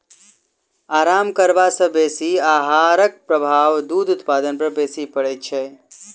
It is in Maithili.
आराम करबा सॅ बेसी आहारक प्रभाव दूध उत्पादन पर बेसी पड़ैत छै